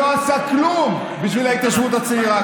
שלא עשה כלום בשביל ההתיישבות הצעירה.